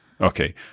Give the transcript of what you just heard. Okay